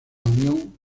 unión